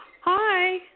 Hi